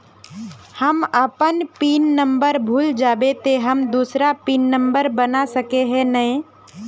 हम अपन pin number भूल जयबे ते हम दूसरा पिन नंबर बना सके है नय?